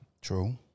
True